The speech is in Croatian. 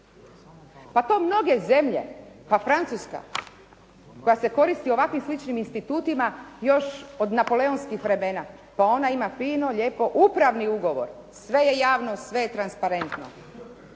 Pa to mnoge zemlje, pa Francuska koja se koristi ovakvim sličnim institutima još od napoleonskih vremena pa ona ima fino, lijepo upravni ugovor. Sve je javno, sve je transparentno